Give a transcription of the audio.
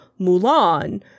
Mulan